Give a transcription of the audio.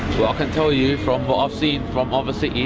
can tell you, from what i've seen from other cities.